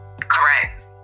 Correct